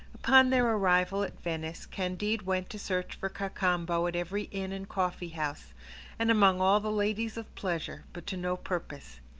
upon their arrival at venice, candide went to search for cacambo at every inn and coffee-house, and among all the ladies of pleasure, but to no purpose.